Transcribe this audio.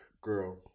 Girl